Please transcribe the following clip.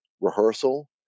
rehearsal